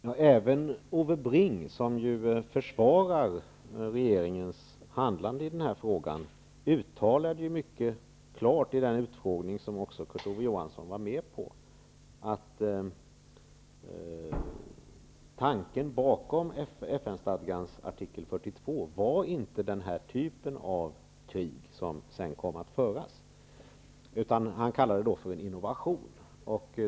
Herr talman! Även Ove Bring, som ju försvarar regeringens handlande i den här frågan, uttalade mycket klart i den utfrågning som också Kurt Ove Johansson var med på att tanken bakom FN:stadgans artikel 42 inte var den typ av krig som här kom att föras. Han kallade det för en innovation.